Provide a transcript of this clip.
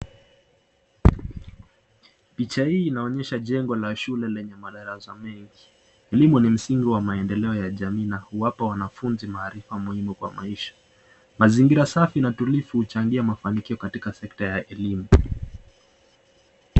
Picha hii inaonyesha chengo la shule lenye madarasa mengi, elimu ni msingiwa maendeleo kwa jamii na linawapa wanafunzi maarifa muhimu kwa maisha, mazingira safi na tulivu hujangia mafanikio katika secta ya elimu.